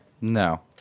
No